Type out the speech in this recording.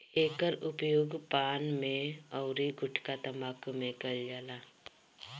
एकर उपयोग पान में अउरी गुठका तम्बाकू में कईल जाला